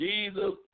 Jesus